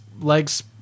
legs